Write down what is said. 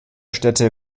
städte